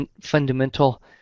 fundamental